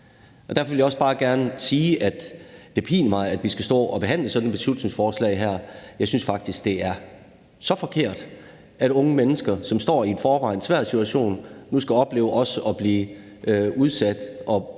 Derfor vil jeg også bare gerne sige, at det piner mig, at vi skal stå og behandle sådan et beslutningsforslag her. Jeg synes faktisk, det er så forkert, at unge mennesker, som står i en i forvejen svær situation, nu skal opleve også at blive udsat og betvivlet,